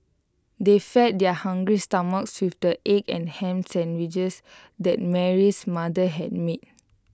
they fed their hungry stomachs with the egg and Ham Sandwiches that Mary's mother had made